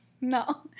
no